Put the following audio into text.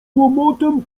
łomotem